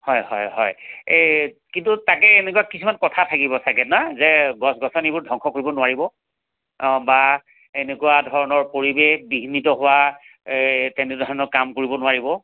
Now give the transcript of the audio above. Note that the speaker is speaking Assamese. হয় হয় হয় এই কিন্তু তাকে এনেকুৱা কিছুমান কথা থাকিব চাগৈ ন যে গছ গছনিবোৰ ধ্বংস কৰিব নোৱাৰিব বা এনেকুৱা ধৰণৰ পৰিৱেশ বিঘ্নিত হোৱা এই তেনেধৰণৰ কাম কৰিব নোৱাৰিব